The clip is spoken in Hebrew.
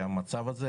המצב הזה